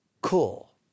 cool